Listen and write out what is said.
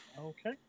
okay